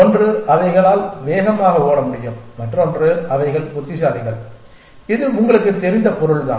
ஒன்று அவைகளால் வேகமாக ஓட முடியும் மற்றொன்று அவைகள் புத்திசாலிகள் இது உங்களுக்குத் தெரிந்த பொருள் தான்